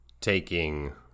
Taking